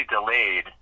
delayed